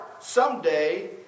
someday